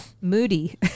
moody